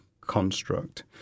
construct